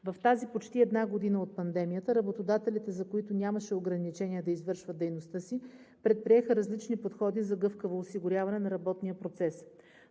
В тази почти една година от пандемията работодателите, за които нямаше ограничение да извършват дейността си, предприеха различни подходи за гъвкаво осигуряване на работния процес.